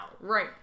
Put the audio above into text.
right